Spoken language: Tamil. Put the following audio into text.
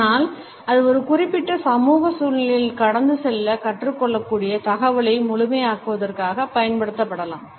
ஆனால் அது ஒரு குறிப்பிட்ட சமூக சூழ்நிலையில் கடந்து செல்ல கற்றுக் கொள்ளக்கூடிய தகவலை முழுமையாக்குவதற்காக பயன்படுத்தப்படலாம்